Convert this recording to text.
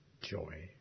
joy